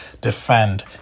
defend